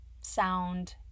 sound